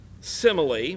simile